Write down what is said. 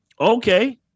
okay